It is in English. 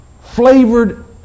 Flavored